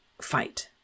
fight